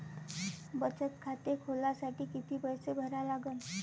बचत खाते खोलासाठी किती पैसे भरा लागन?